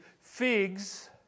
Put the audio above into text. figs